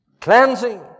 Cleansing